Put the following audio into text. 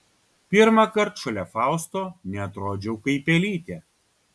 pirmąkart šalia fausto neatrodžiau kaip pelytė